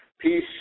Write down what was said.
peace